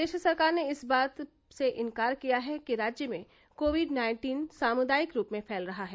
प्रदेश सरकार ने इस बात इनकार किया है कि राज्य में कोविड नाइन्टीन सामुदायिक रूप में फैल रहा है